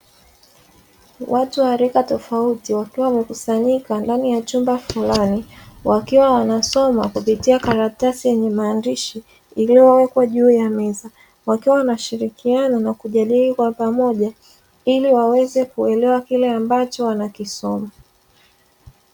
Watu wa rika tofauti wakiwa wamekusanyika ndani ya chumba fulani, wakiwa wanasoma kupitia karatasi yenye maandishi iliyowekwa juu ya meza, wakiwa wanashirikiana na kujadili kwa pamoja ili waweze kuelewa kile ambacho wanakisoma.